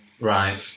Right